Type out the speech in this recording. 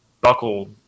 buckle